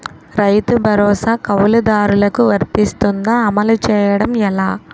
రైతు భరోసా కవులుదారులకు వర్తిస్తుందా? అమలు చేయడం ఎలా